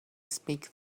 speak